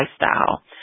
lifestyle